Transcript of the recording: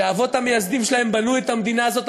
שהאבות המייסדים שלהם בנו את המדינה הזאת,